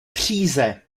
příze